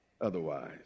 otherwise